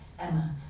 Emma